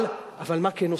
אבל, מה כן עושים?